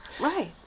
Right